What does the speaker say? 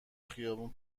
خیابون